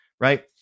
right